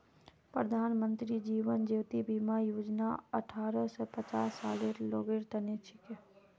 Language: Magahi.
प्रधानमंत्री जीवन ज्योति बीमा योजना अठ्ठारह स पचास सालेर लोगेर तने छिके